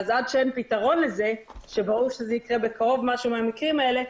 אז עד שאין פתרון לזה שברור שזה יקרה בקרוב משהו מהמקרים האלה,